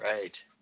right